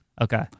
Okay